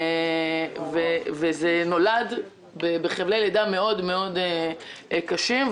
זה נולד בחבלי לידה מאוד מאוד קשים.